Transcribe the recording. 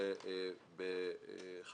במשרד הפנים,